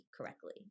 correctly